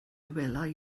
welai